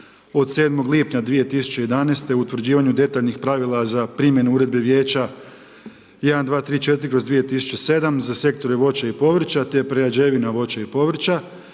od 7. lipnja 2011. o utvrđivanju detaljnih pravila za primjenu Uredbe Vijeća 1234/2007 za sektore voća i povrća te prerađevina voća i povrća